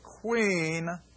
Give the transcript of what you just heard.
Queen